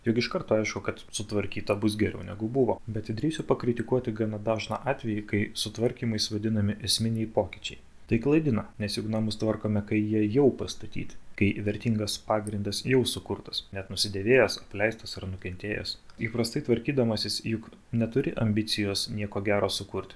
juk iš karto aišku kad sutvarkyta bus geriau negu buvo bet drįsiu pakritikuoti gana dažną atvejį kai sutvarkymais vadinami esminiai pokyčiai tai klaidina nes juk namus tvarkome kai jie jau pastatyti kai vertingas pagrindas jau sukurtas ne nusidėvėjęs apleistas ar nukentėjęs įprastai tvarkydamasis juk neturi ambicijos nieko gero sukurti